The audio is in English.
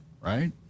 Right